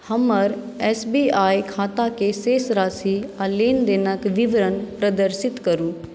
हमर S B I खाताकेँ शेष राशि आ लेन देनक विवरण प्रदर्शित करु